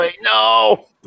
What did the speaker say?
No